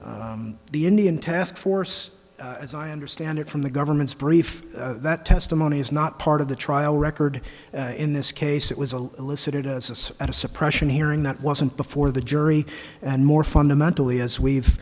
relief the indian task force as i understand it from the government's brief that testimony is not part of the trial record in this case it was a elicited as a sort of suppression hearing that wasn't before the jury and more fundamentally as we've